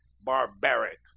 barbaric